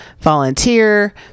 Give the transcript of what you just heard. volunteer